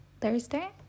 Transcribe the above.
thursday